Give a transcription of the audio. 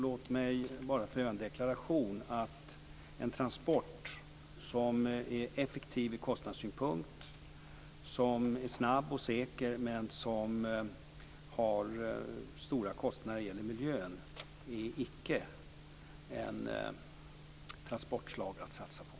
Låt mig bara göra en deklaration: En transport som är effektiv ur kostnadssynpunkt, som är snabb och säker, men som har stora kostnader för miljön är icke ett transportslag att satsa på.